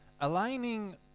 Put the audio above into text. aligning